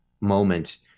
moment